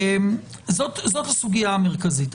זאת הסוגיה המרכזית.